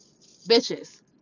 Bitches